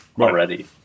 already